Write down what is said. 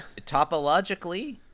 topologically